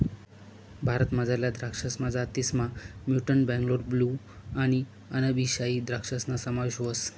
भारतमझारल्या दराक्षसना जातीसमा म्युटंट बेंगलोर ब्लू आणि अनब ई शाही द्रक्षासना समावेश व्हस